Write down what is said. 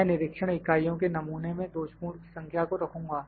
मैं निरीक्षण इकाइयों के नमूने में दोषपूर्ण की संख्या को रखूंगा